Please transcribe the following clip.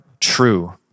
true